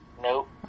Nope